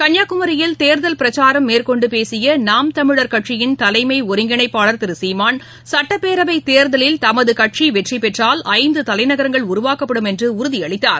கன்னியாகுமியில் தேர்தல் பிரச்சாரம் மேற்கொண்டுபேசியநாம் தமிழ் கட்சியின் தலைமைஒருங்கிணைப்பாளர் திருசீமான் சுட்டப்பேரவைத் தேர்தலில் தமதுகட்சிவெற்றிபெற்றால் ஐந்துதலைநகரங்கள் உருவாக்கப்படும் என்றஉறுதியளித்தார்